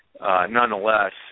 Nonetheless